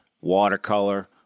watercolor